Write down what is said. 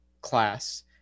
class